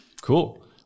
Cool